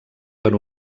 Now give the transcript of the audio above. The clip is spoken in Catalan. per